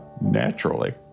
naturally